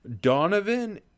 Donovan